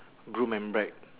groom and bride